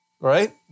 right